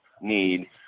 need